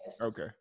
Okay